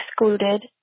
excluded